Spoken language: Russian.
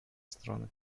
страны